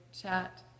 chat